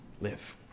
live